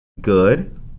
good